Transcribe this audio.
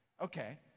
Okay